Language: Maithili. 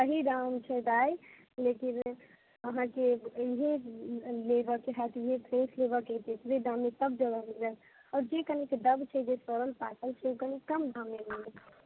सही दाम छै दाय लेकिन अहाँकेँ लेबेके होयत फ्रेश लेबेके होयत तऽ एतबे सब जगह मिल जायत आ जे कनिके दब छै जे सड़ल पाकल छै ओ कनी कम दाममे मिलत